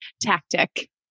tactic